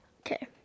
okay